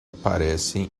parecem